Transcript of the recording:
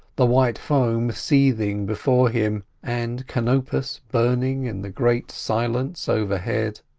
the white foam seething before him, and canopus burning in the great silence overhead,